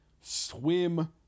swim